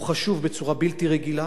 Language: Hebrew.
הוא חשוב בצורה בלתי רגילה.